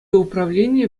управленийӗ